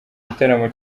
igitaramo